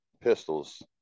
pistols